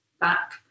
back